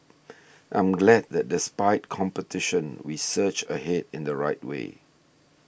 I'm glad that despite competition we surged ahead in the right way